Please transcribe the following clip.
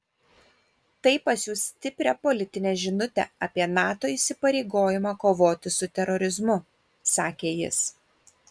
tai pasiųs stiprią politinę žinutę apie nato įsipareigojimą kovoti su terorizmu sakė jis